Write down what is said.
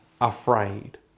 afraid